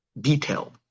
detailed